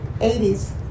80s